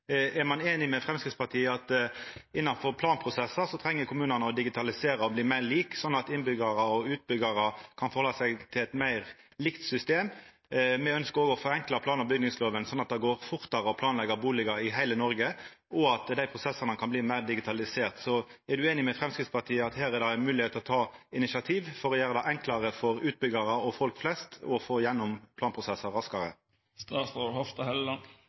Er ein einig med Framstegspartiet i at når det gjeld planprosessar, treng kommunane å digitalisera og bli meir like, slik at innbyggjarar og utbyggjarar kan halda seg til eit meir likt system? Me ønskjer òg å forenkla plan- og bygningslova, slik at det går fortare å planleggja bustader i heile Noreg, og at dei prosessane kan bli meir digitaliserte. Er statsråden einig med Framstegspartiet i at det her er mogeleg å ta initiativ for å gjera det enklare for utbyggjarar og folk flest å få igjennom planprosessar